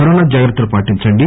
corona జాగ్రత్తలు పాటించండి